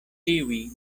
tiuj